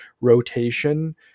rotation